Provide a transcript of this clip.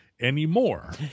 anymore